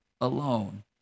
alone